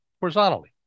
horizontally